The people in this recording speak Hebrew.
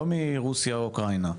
לא מרוסיה או אוקראינה.